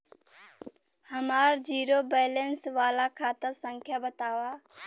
हमार zero balance वाला खाता संख्या वतावा?